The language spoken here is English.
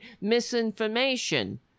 misinformation